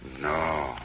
No